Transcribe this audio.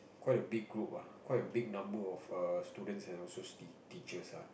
quite a big group ah quite a big number of err students of T~ teachers ah